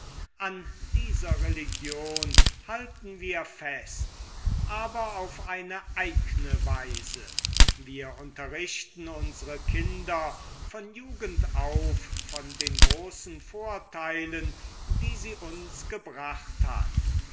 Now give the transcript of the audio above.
an dieser religion halten wir fest aber auf eine eigne weise wir unterrichten unsre kinder von jugend auf von den großen vorteilen die sie uns gebracht hat